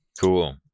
Cool